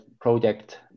project